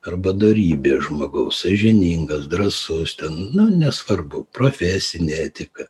arba dorybė žmogaus sąžiningas drąsus ten na nesvarbu profesinė etika